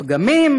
"פגמים?